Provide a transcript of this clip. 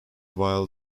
wild